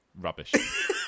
rubbish